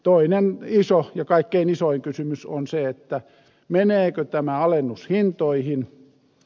toinen iso ja kaikkein isoin kysymys on se meneekö tämä alennus hintoihin